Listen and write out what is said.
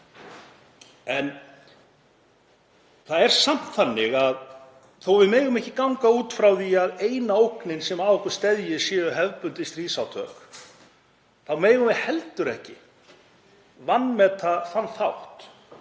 Samt er það þannig að þótt við megum ekki ganga út frá því að eina ógnin sem að okkur steðji séu hefðbundin stríðsátök þá megum við heldur ekki vanmeta þann þátt.